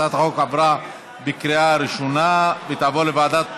הצעת החוק עברה בקריאה ראשונה ותעבור לוועדת החוקה,